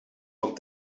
van